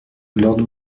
lord